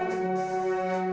um